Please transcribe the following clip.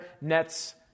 nets